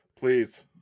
Please